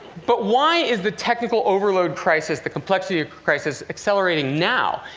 but why is the technical overload crisis, the complexity ah crisis, accelerating now?